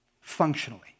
functionally